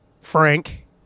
Frank